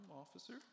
officer